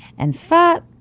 and tzfat,